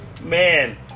Man